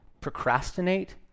procrastinate